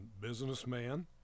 businessman